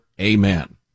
Amen